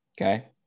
Okay